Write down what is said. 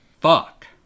Fuck